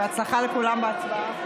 בהצלחה לכולם בהצבעה.